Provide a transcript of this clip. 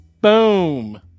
boom